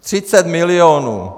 Třicet milionů!